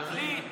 תחליט.